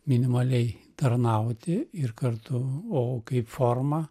minimaliai tarnauti ir kartu o kaip forma